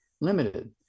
limited